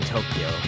Tokyo